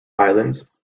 islands